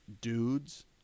Dudes